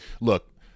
Look